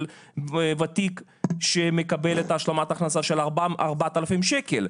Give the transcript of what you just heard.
ותיק שמקבל את השלמת ההכנסה של 4,000 שקל.